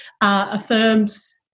affirms